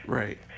right